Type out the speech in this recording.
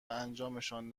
انجامشان